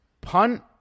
punt